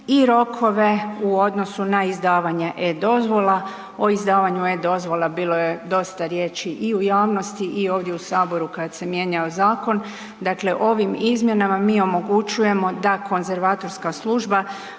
i rokove u odnosu na izdavanje e-Dozvola. O izdavanju e-Dozvola bilo je dosta riječi i u javnosti i ovdje u Saboru kad se mijenjao zakon. Dakle, ovim izmjenama mi omogućujemo da konzervatorska služba